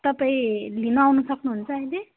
तपाईँ लिन आउनु सक्नुहुन्छ अहिले